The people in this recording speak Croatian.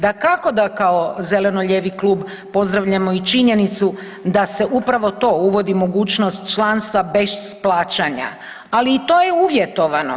Dakako da kao zeleno-lijevi klub pozdravljamo i činjenicu da se upravo to uvodi mogućnost članstva bez plaćanja, ali i to je uvjetovano.